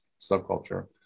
subculture